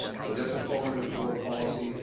okay, doesn't fall under the board policy,